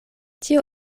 tio